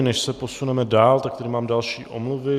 Než se posuneme dál, tak tady mám další omluvy.